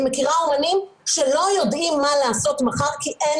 אני מכירה אומנים שלא יודעים מה לעשות מחר כי אין